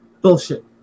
Bullshit